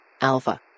Alpha